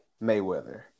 Mayweather